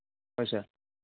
ꯍꯣꯏ ꯁꯥꯔ